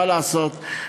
מה לעשות,